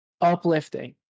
uplifting